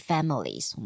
Families